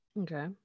Okay